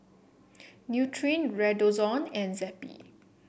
Nutren Redoxon and Zappy